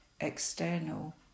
external